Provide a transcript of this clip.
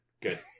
Good